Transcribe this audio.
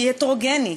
שהיא הטרוגנית,